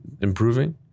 improving